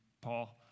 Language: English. Paul